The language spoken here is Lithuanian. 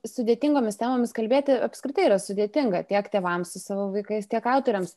sudėtingomis temomis kalbėti apskritai yra sudėtinga tiek tėvams su savo vaikais tiek autoriams